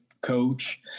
coach